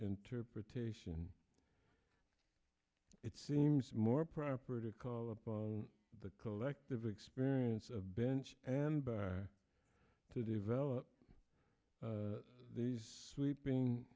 interpretation it seems more proper to call upon the collective experience of bench and bar to develop these sweeping